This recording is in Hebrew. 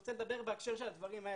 רוצה לדבר בהקשר של הדברים האלה.